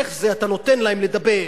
איך זה אתה נותן להם לדבר?